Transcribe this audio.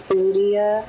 Sudia